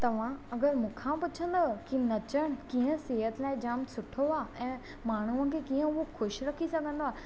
तव्हां अगरि मूं खां पूछंदव कि नचण कीअं सिहत लाइ जाम सुठो आहे ऐं माण्हूअ खे कीअं हूअं ख़ुशि रखी सघंदो आहे